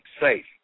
safe